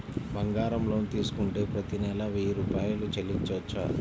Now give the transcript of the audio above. బంగారం లోన్ తీసుకుంటే ప్రతి నెల వెయ్యి రూపాయలు చెల్లించవచ్చా?